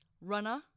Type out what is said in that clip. Runner